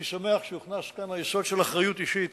אני שמח שהוכנס כאן היסוד של אחריות אישית.